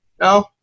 No